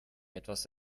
etwas